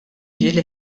ġieli